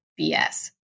bs